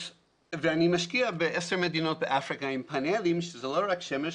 אני משקיע ב-10 מדינות באפריקה עם פאנל וזאת לא רק שמש.